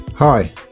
Hi